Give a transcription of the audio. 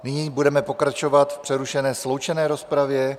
Nyní budeme pokračovat v přerušené sloučené rozpravě.